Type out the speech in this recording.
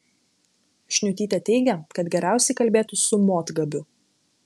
šniutytė teigė kad geriausiai kalbėtis su motgabiu